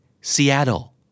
Seattle